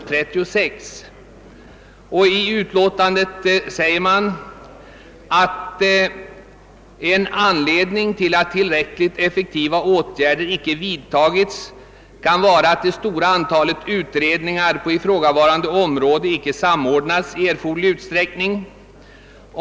Utskottsmajoriteten skriver «också följande: »En anledning till att tillräckligt effektiva åtgärder icke vidtagits kan vara att det stora antalet utredningar på ifrågavarande område icke samordnats i erforderlig utsträckning.